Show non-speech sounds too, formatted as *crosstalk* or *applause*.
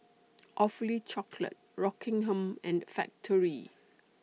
*noise* Awfully Chocolate Rockingham and Factorie